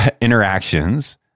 interactions